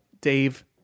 Dave